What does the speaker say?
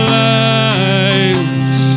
lives